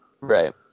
Right